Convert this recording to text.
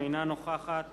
אינה נוכחת